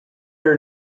are